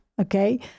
Okay